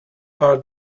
are